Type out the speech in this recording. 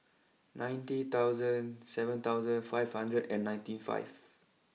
ninety thousand seven thousand five hundred and ninety five